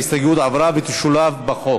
ההסתייגות עברה ותשולב בחוק.